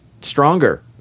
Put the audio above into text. stronger